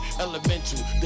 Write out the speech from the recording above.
Elemental